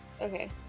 Okay